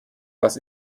was